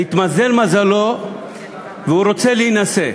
והתמזל מזלו והוא רוצה להינשא,